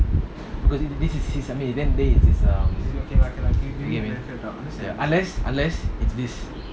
because th~ this is then it's it's um you get what I mean unless unless it's this